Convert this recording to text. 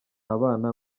abana